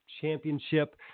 championship